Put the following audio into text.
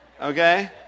Okay